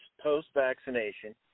post-vaccination